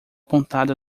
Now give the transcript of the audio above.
pontada